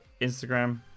Instagram